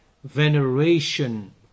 veneration